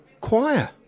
choir